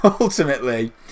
Ultimately